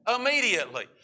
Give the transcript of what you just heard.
Immediately